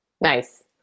nice